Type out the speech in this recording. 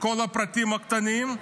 כל הפרטים הקטנים,